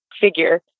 figure